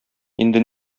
инде